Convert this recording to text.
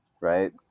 right